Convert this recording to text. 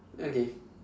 okay